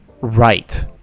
right